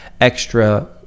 extra